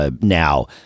now